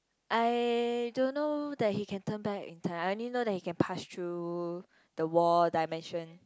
I don't know that he can turn back in term I only know it can pass through the wall dimension